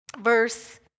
verse